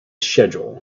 schedule